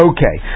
Okay